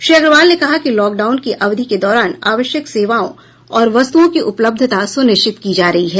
श्री अग्रवाल ने कहा कि लॉकडाउन की अवधि के दौरान आवश्यक सेवाओं और वस्तुओं की उपलब्धता सुनिश्चित की जा रही है